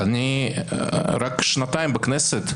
אני רק שנתיים בכנסת,